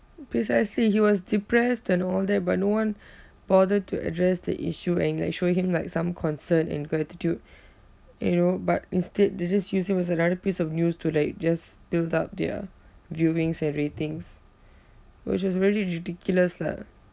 precisely he was depressed and all that but no one bothered to address the issue and like showing him like some concern and gratitude you know but instead they just used him as another piece of news to like just build up their viewings and ratings which was very ridiculous lah